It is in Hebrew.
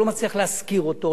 הוא לא מצליח להשכיר אותו,